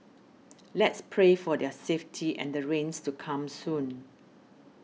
let's pray for their safety and the rains to come soon